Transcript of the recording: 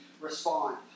respond